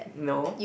no